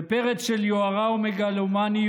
בפרץ של יוהרה ומגלומניות